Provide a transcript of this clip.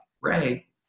Ray